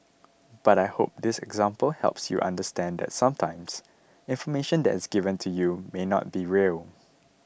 but I hope this example helps you understand that sometimes information that is given to you may not be real